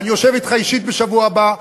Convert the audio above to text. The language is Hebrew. אני יושב אתך אישית בשבוע הבא.